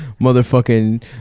motherfucking